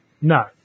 No